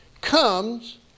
comes